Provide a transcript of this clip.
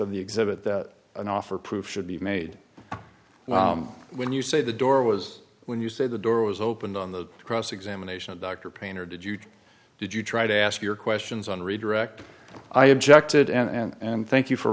of the exhibit that an offer proof should be made when you say the door was when you say the door was opened on the cross examination of dr painter did you did you try to ask your questions on redirect i objected and thank you for